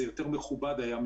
זה היה יותר מכובד מבחינתם.